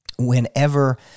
Whenever